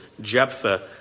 Jephthah